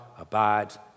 abides